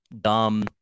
dumb